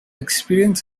experience